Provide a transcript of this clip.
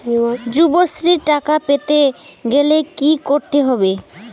যুবশ্রীর টাকা পেতে গেলে কি করতে হবে?